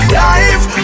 life